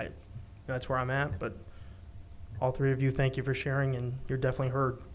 that's where i'm at but all three of you thank you for sharing and you're definitely h